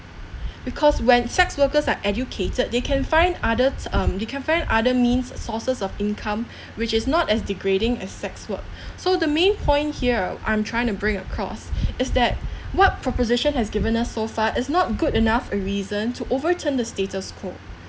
because when sex workers are educated they can find others um they can find other means sources of income which is not as degrading as sex work so the main point here i'm trying to bring across is that what proposition has given us so far is not good enough a reason to overturn the status quo